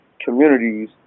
communities